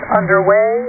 underway